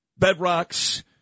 Bedrocks